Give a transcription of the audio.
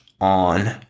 on